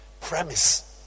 premise